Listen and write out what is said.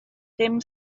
ddim